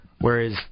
Whereas